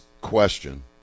question